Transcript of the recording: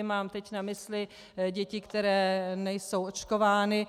Mám teď na mysli děti, které nejsou očkovány.